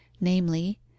namely